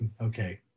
Okay